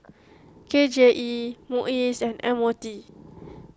K J E Muis and M O T